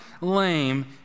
lame